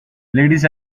ladies